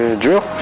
dur